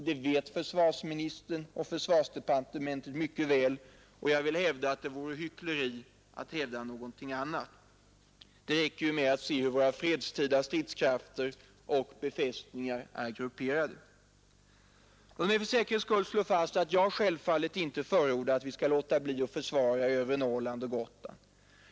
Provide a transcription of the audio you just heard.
Det vet försvarsministern och försvarsdepartementet mycket väl, och det vore hyckleri att hävda något annat. Det räcker ju med att se hur våra fredstida stridskrafter och befästningar är grupperade. Låt mig för säkerhets skull slå fast att jag självfallet inte förordar att vi skall låta bli att försvara Övre Norrland och Gotland.